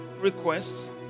requests